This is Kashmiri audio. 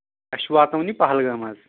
اَسہِ چھُ واتناوُن یہِ پہلگام حظ